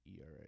ERA